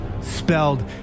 spelled